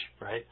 right